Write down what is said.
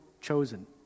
chosen